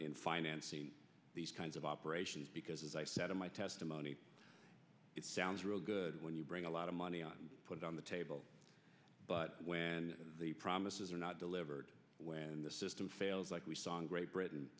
financing these kinds of operations because as i said in my testimony it sounds real good when you bring a lot of money on put on the table but when the promises are not delivered when the system fails like we saw in great